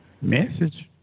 Message